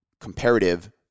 comparative